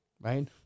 right